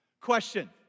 Question